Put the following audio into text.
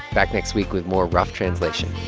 back next week with more rough translation